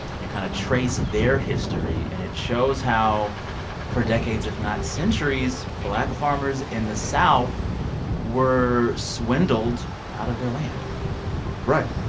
you kind of traced their history, and it shows how for decades, if not centuries, black farmers in the south were swindled out of their land right.